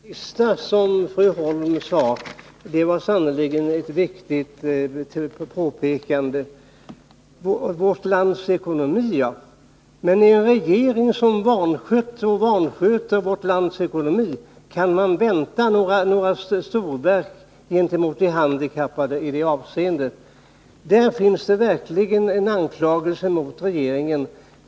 Herr talman! Det senaste som fru Holm sade var sannerligen ett viktigt påpekande. Men kan man av en regering som vansköter ett lands ekonomi vänta några storverk gentemot de handikappade? Där kan verkligen riktas en anklagelse mot regeringen.